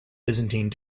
byzantine